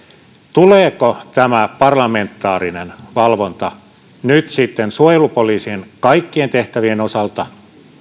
tuleeko tämä parlamentaarinen valvonta nyt sitten suojelupoliisin kaikkien tehtävien osalta